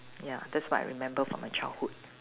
ya that's what I remember from my childhood